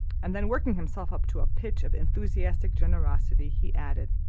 and then working himself up to a pitch of enthusiastic generosity, he added,